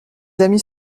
amis